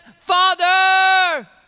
Father